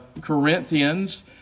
Corinthians